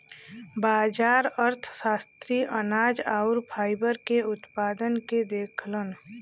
बाजार अर्थशास्त्री अनाज आउर फाइबर के उत्पादन के देखलन